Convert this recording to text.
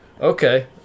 okay